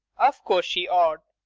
of course she ought.